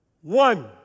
one